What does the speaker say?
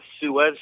Suez